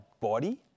body